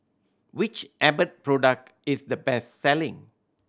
which Abbott product is the best selling